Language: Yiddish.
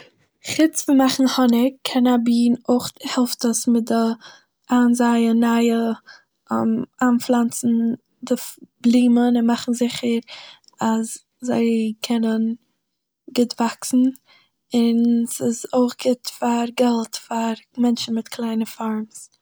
חוץ פון מאכן האניג קען א בין אויך העלפט עס מיט די.. איינזייען נייע.... איינפלאנצןע די פ בלימן און מאכן זיכער אז זיי קענען גוט וואקסען און ס'איז אויך גוט פאר געלט פאר מענטשען מיט קליינע פארמס.